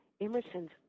Emerson's